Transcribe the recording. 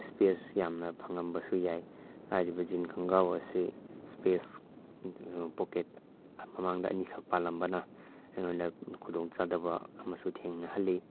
space ꯌꯥꯝꯅ ꯐꯪꯉꯝꯕꯁꯨ ꯌꯥꯏ ꯍꯥꯏꯔꯤꯕ ꯖꯤꯟ ꯈꯣꯡꯒ꯭ꯔꯥꯎ ꯑꯁꯤ ꯁ꯭ꯄꯦꯁ ꯄꯣꯛꯀꯦꯠ ꯃꯃꯥꯡꯗ ꯑꯅꯤꯈꯛ ꯄꯥꯜꯂꯝꯕꯅ ꯑꯩꯉꯣꯟꯗ ꯈꯨꯗꯣꯡ ꯆꯥꯗꯕ ꯑꯃꯁꯨ ꯊꯦꯡꯅꯍꯜꯂꯤ